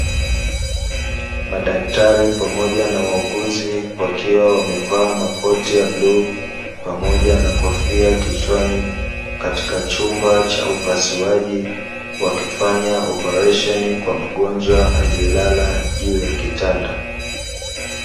Madaktari pamoja na wauguzi wakiwa wamevaa makoti ya bluu pamoja na kofia kichwani, katika chumba cha upasuaji wakifanya oparesheni kwa mgonjwa aliyelala juu ya kitanda.